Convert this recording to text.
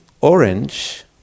orange